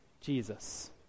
Jesus